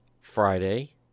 Friday